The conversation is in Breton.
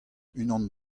unan